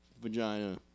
vagina